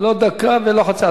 לא דקה ולא חצי.